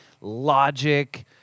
logic